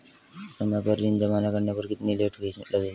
समय पर ऋण जमा न करने पर कितनी लेट फीस लगेगी?